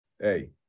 hey